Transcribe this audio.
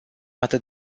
atât